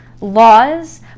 laws